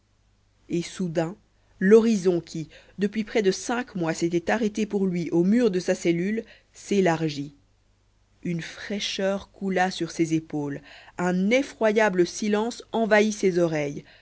et soudain l'horizon qui depuis près de cinq mois s'était arrêté pour lui aux murs de sa cellule s'élargit une fraîcheur coula sur ses épaules un effroyable silence envahit ses oreilles